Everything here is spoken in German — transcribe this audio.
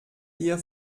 ihr